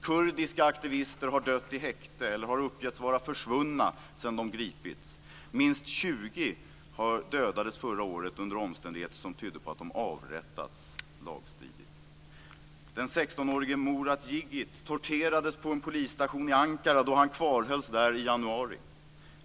Kurdiska aktivister har dött i häkte eller har uppgivits vara försvunna sedan de gripits. Minst 20 dödades förra året under omständigheter som tyder på att de lagstridigt avrättades. Den 16-årige Murat Yigit torterades på en polisstation i Ankara då han kvarhölls där i januari.